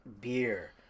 beer